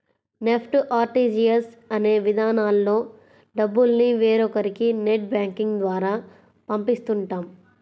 NEFT, RTGS అనే విధానాల్లో డబ్బుల్ని వేరొకరికి నెట్ బ్యాంకింగ్ ద్వారా పంపిస్తుంటాం